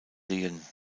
lehen